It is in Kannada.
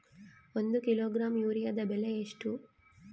ಒಂದು ಕಿಲೋಗ್ರಾಂ ಯೂರಿಯಾದ ಬೆಲೆ ಎಷ್ಟು?